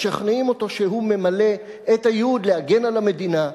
משכנעים אותו שהוא ממלא את הייעוד להגן על המדינה,